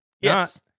Yes